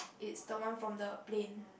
it's the one from the plane